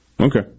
Okay